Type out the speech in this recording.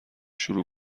شروع